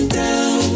down